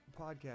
podcast